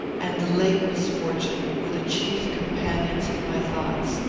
and the late misfortune, were the chief companions of my thoughts.